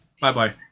Bye-bye